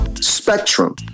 spectrum